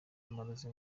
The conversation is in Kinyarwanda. amarozi